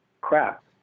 Crap